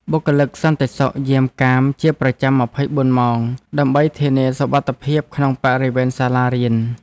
បុគ្គលិកសន្តិសុខយាមកាមជាប្រចាំ ២៤ ម៉ោងដើម្បីធានាសុវត្ថិភាពក្នុងបរិវេណសាលារៀន។